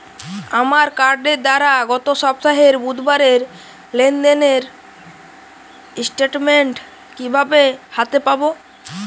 আমার কার্ডের দ্বারা গত সপ্তাহের বুধবারের লেনদেনের স্টেটমেন্ট কীভাবে হাতে পাব?